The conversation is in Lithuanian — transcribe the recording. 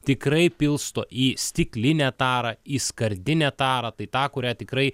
tikrai pilsto į stiklinę tarą į skardinę tarą tai tą kurią tikrai